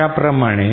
अशाप्रमाणे